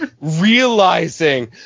realizing